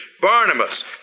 Barnabas